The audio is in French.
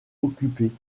occupée